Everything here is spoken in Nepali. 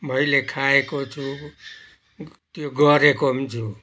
मैले खाएको छु त्यो गरेको नि छु